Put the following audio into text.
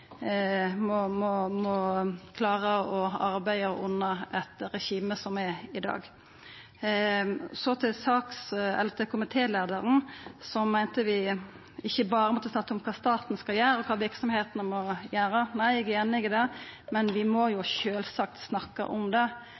må klara å arbeida under regimet som er i dag. Så til komitéleiaren, som meinte vi ikkje berre måtte snakka om kva staten skal gjera, og kva verksemdene må gjera. Eg er einig i det, men vi må sjølvsagt snakka om det,